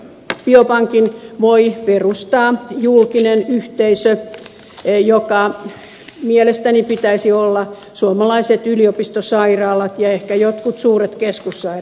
biopankin voi perustaa julkinen yhteisö jonka mielestäni pitäisi olla suomalaiset yliopistosairaalat ja ehkä jotkut suuret keskussairaalat